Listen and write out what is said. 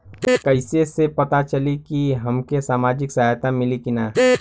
कइसे से पता चली की हमके सामाजिक सहायता मिली की ना?